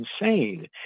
insane